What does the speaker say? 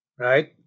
Right